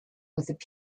with